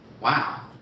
Wow